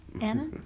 Anna